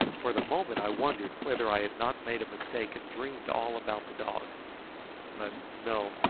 for the moment i wondered whether i had not made a mistake and dreamed all about the dog but no,